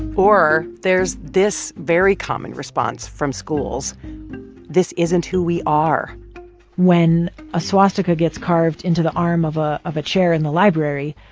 or there's this very common response from schools this isn't who we are when a swastika gets carved into the arm of ah of a chair in the library,